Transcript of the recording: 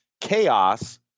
chaos